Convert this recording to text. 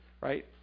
right